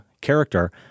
character